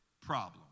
problem